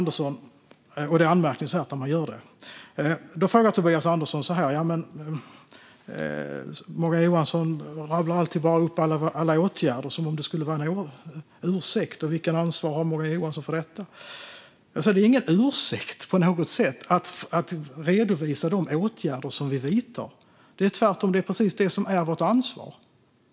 Det är anmärkningsvärt att Tobias Andersson säger att Morgan Johansson alltid rabblar upp en mängd åtgärder, som om de skulle vara en ursäkt, och undrar vilket ansvar Morgan Johansson har. Det är ingen ursäkt på något sätt att redovisa de åtgärder som vi vidtar. Tvärtom är det precis vårt ansvar.